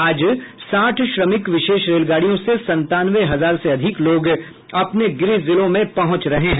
आज साठ श्रमिक विशेष रेलगाड़ियों से संतानवे हजार से अधिक लोग अपने गृह जिलो में पहुंच रहे हैं